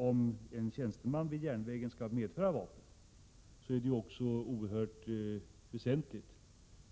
Om en tjänsteman vid järnvägen skall medföra vapen är det också väsentligt